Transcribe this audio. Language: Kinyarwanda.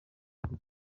bwose